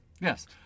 Yes